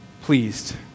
pleased